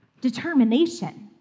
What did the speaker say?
determination